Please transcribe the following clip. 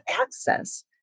access